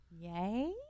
Yay